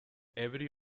every